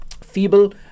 feeble